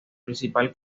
principal